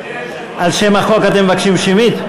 על שם החוק אתם מבקשים שמית?